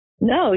No